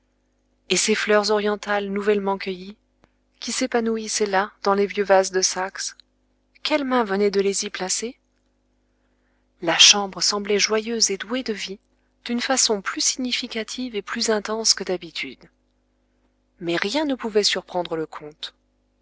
et ces fleurs orientales nouvellement cueillies qui s'épanouissaient là dans les vieux vases de saxe quelle main venait de les y placer la chambre semblait joyeuse et douée de vie d'une façon plus significative et plus intense que d'habitude mais rien ne pouvait surprendre le comte